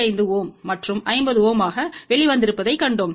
35 Ω மற்றும் 50 Ω ஆக வெளிவந்திருப்பதைக் கண்டோம்